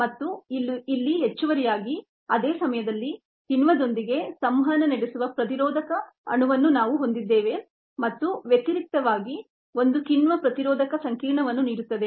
ಮತ್ತು ಇಲ್ಲಿ ಹೆಚ್ಚುವರಿಯಾಗಿ ಅದೇ ಸಮಯದಲ್ಲಿ ಕಿಣ್ವದೊಂದಿಗೆ ಸಂವಹನ ನಡೆಸುವ ಪ್ರತಿರೋಧಕ ಅಣುವನ್ನು ನಾವು ಹೊಂದಿದ್ದೇವೆ ಮತ್ತು ವ್ಯತಿರಿಕ್ತವಾಗಿ ಒಂದು ಕಿಣ್ವ ಪ್ರತಿರೋಧಕ ಸಂಕೀರ್ಣವನ್ನು ನೀಡುತ್ತದೆ